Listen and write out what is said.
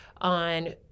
on